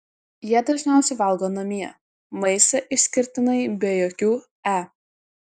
jie dažniausiai valgo namie maistą išskirtinai be jokių e